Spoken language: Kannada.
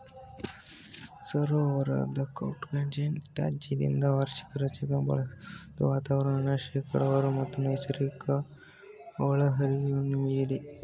ಸರೋವರದ ಅಕ್ವಾಕಲ್ಚರ್ ತ್ಯಾಜ್ಯದಿಂದ ವಾರ್ಷಿಕ ರಂಜಕ ಒಳಹರಿವು ವಾತಾವರಣ ಶೇಖರಣೆ ಮತ್ತು ನೈಸರ್ಗಿಕ ಒಳಹರಿವನ್ನು ಮೀರಿದೆ